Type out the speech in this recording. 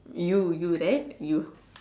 you you right you